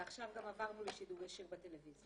ועכשיו גם עברנו לשידור ישיר בטלוויזיה.